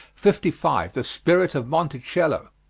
fifty five. the spirit of monticello.